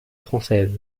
française